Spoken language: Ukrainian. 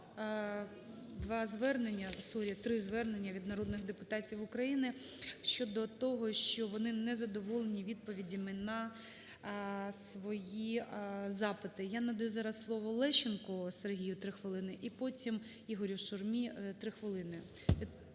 3 звернення від народних депутатів України щодо того, що вони незадоволені відповідями на свої запити. Я надаю зараз слово Лещенку Сергію, 3 хвилини, і потім Ігорю Шурмі – 3 хвилини.